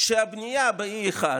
שהבנייה ב-E1,